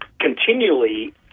continually –